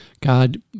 God